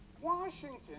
Washington